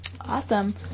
Awesome